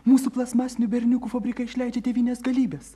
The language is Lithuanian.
mūsų plastmasinių berniukų fabrikai išleidžia devynias galybes